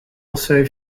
also